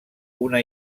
una